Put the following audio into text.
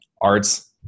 arts